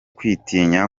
kwitinya